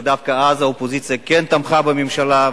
ודווקא אז האופוזיציה כן תמכה בממשלה.